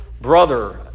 brother